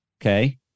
okay